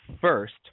first